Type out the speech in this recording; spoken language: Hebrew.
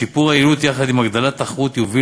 כי שיפור היעילות יחד עם הגדלת התחרות יוביל